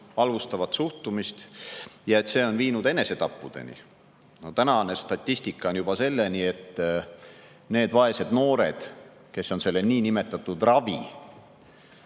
halvustavat suhtumist ja see on viinud enesetappudeni. Tänane statistika on juba selline, et need vaesed noored, kes on saanud seda niinimetatud ravi,